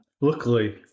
Luckily